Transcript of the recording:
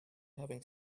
having